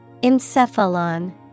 Encephalon